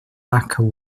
lacquer